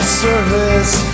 service